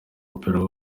w’umupira